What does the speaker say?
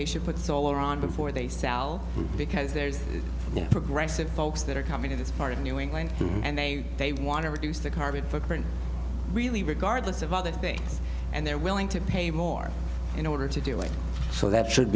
they should put solar on before they sell because there's no progressive folks that are coming to this part of new england and they they want to reduce their carbon footprint really regardless of other things and they're willing to pay more in order to do it so that should